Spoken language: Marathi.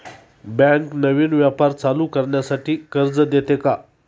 बँक नवीन व्यापार चालू करण्यासाठी कर्ज देते का?